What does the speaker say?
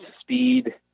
speed